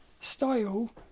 style